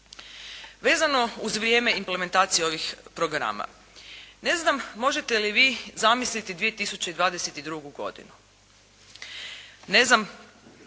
vezano uz vrijeme i implementaciju ovih programa. Ne znam, možete li vi zamisliti 2022. godinu? Ne znam